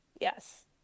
Yes